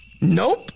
nope